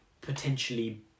potentially